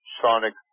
sonic